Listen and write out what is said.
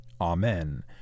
Amen